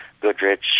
Goodrich